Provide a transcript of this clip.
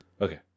Okay